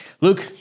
Luke